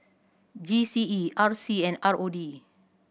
G C E R C and R O D